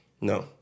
No